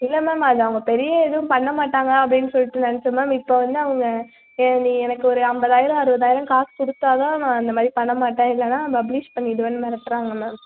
இல்லை மேம் அது அவங்க பெரிய எதுவும் பண்ண மாட்டாங்க அப்படின்னு சொல்லிவிட்டு நினச்சேன் மேம் இப்போ வந்து அவங்க ஏழு எனக்கு ஒரு ஐம்பாதயிரம் அறுபதாயிரம் காசு கொடுத்தாதான் நான் அந்த மாதிரி பண்ண மாட்டேன் இல்லைனா பப்ளிஷ் பண்ணிவிடுவேன்னு மிரட்டுறாங்க மேம்